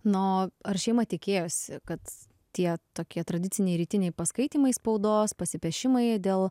nu o ar šeima tikėjosi kad tie tokie tradiciniai rytiniai paskaitymai spaudos pasipešimai dėl